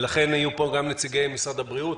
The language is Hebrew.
יהיו פה גם נציגי משרד הבריאות.